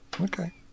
Okay